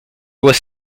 was